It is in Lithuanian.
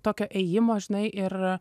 tokio ėjimo žinai ir